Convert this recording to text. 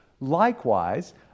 Likewise